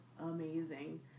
amazing